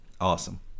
Awesome